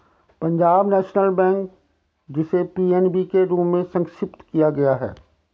Punjab national bank, जिसे PNB के रूप में संक्षिप्त किया गया है